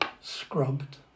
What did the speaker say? scrubbed